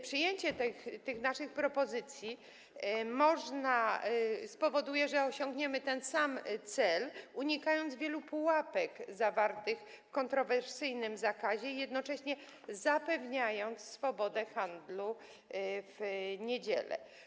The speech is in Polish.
Przyjęcie tych naszych propozycji spowoduje, że osiągniemy ten sam cel, unikając wielu pułapek zawartych w kontrowersyjnym zakazie, jednocześnie zapewniając swobodę handlu w niedziele.